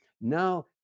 now